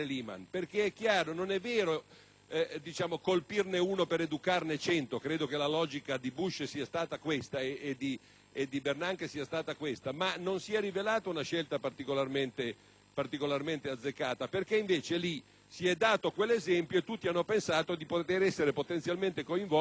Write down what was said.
non si è rivelata una scelta particolarmente azzeccata, perché si è dato quell'esempio e tutti hanno pensato di poter essere potenzialmente coinvolti dallo stesso processo.